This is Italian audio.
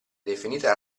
definita